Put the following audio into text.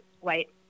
white